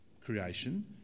creation